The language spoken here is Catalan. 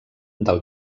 del